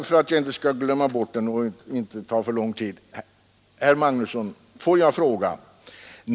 För att jag inte skall glömma bort det vill jag sedan fråga herr Magnusson i Borås en sak.